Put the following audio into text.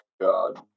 God